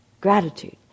gratitude